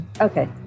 Okay